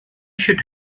should